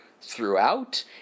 throughout